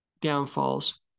downfalls